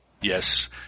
Yes